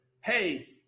hey